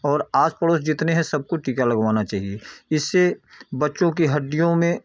और आस पड़ोस जितने हैं सबको टीका लगवाना चाहिए इससे बच्चों की हड्डियों में